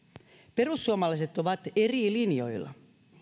perussuomalaiset ovat eri linjoilla